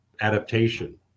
adaptation